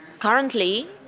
currently,